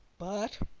but,